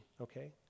okay